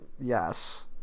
Yes